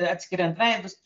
atskiriant veidus